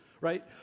Right